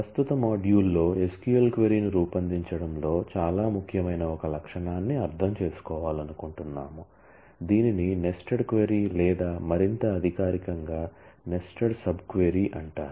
ప్రస్తుత మాడ్యూల్లో SQL క్వరీను రూపొందించడంలో చాలా ముఖ్యమైన ఒక లక్షణాన్ని అర్థం చేసుకోవాలనుకుంటున్నాము దీనిని నెస్టెడ్ క్వరీ లేదా మరింత అధికారికంగా నెస్టెడ్ సబ్ క్వరీ అంటారు